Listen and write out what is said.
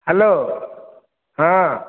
hello ହଁ